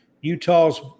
Utah's